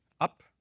up